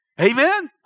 Amen